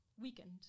weakened